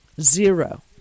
zero